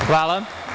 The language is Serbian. Hvala.